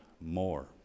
more